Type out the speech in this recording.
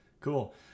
Cool